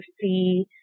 see